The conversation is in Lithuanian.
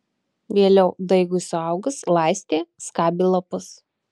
vėliau daigui suaugus laistė skabė lapus